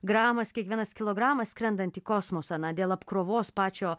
gramas kiekvienas kilogramas skrendant į kosmosą na dėl apkrovos pačio